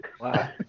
Wow